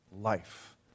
life